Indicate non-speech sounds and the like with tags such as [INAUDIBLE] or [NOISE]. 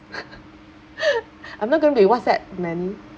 [LAUGHS] I'm not going to be whatsapp many